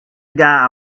guy